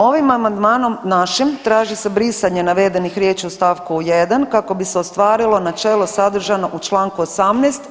Ovim amandmanom našim traži se brisanje navedenih riječ u st. 1. kako bi se ostvarilo načelo sadržano u čl. 18.